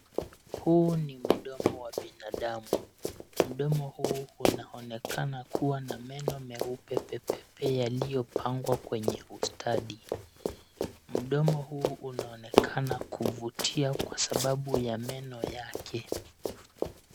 Huu ni mdomo wa binadamu, mdomo huu unaonekana kuwa na meno meupe pepepe yaliyopangwa kwenye ustadi. Mdomo huu unaonekana kuvutia kwa sababu ya meno yake.